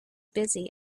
busy